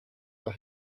are